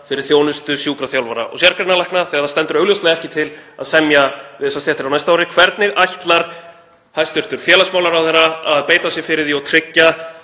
fyrir þjónustu sjúkraþjálfara og sérgreinalækna þegar það stendur augljóslega ekki til að semja við þessar stéttir á næsta ári? Hvernig ætlar hæstv. félagsmálaráðherra að beita sér fyrir því og tryggja